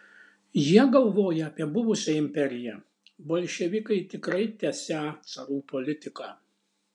jie galvoja apie buvusią imperiją bolševikai tikrai tęsią carų politiką